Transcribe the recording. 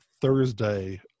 thursday